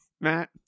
matt